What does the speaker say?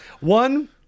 one